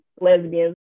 lesbians